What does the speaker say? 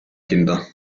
kinder